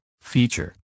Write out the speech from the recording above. feature